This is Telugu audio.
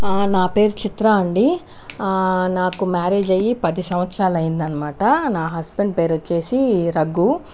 నా పేరు చిత్రా అండి నాకు మ్యారేజ్ అయ్యి పది సంవత్సరాలు అయింది అనమాట నా హస్బెండ్ పేరు వచ్చేసి రఘు